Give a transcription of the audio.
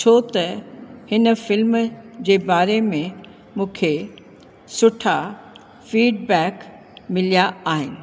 छो त हिन फ़िल्म जे बारे में मूंखे सुठा फ़ीडबैक मिलिया आहिनि